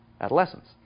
adolescence